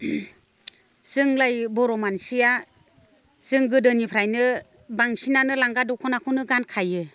जोंलाय बर' मानसिया जों गोदोनिफ्रायनो बांसिनानो लांगा दखनाखौनो गानखायो